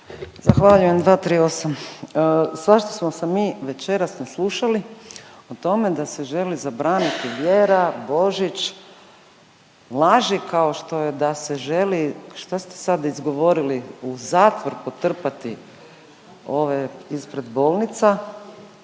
Zahvaljujem. 238., svašta smo se mi večeras naslušali o tome da se želi zabraniti vjera, Božić, laži kao što je da se želi šta ste sad izgovorili u zatvor potrpati ove ispred bolnica.